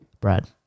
Brad